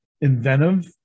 inventive